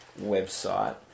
website